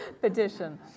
petition